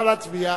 נא להצביע.